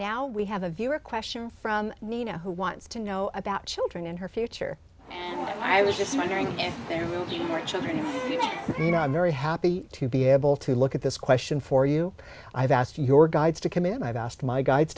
we have a viewer question from nina who wants to know about children and her future i was just wondering if there are children not very happy to be able to look at this question for you i've asked your guides to come in and i've asked my gu